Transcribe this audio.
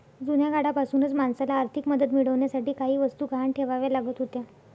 जुन्या काळापासूनच माणसाला आर्थिक मदत मिळवण्यासाठी काही वस्तू गहाण ठेवाव्या लागत होत्या